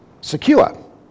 secure